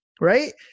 right